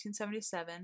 1977